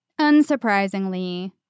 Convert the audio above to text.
unsurprisingly